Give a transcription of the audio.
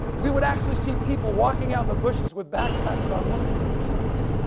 we would actually see people walking out in the bushes with backpacks on looking for themselves.